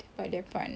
by their partner